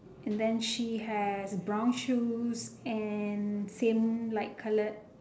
and then she has brown shoes and same light coloured